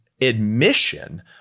admission